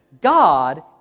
God